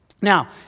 Now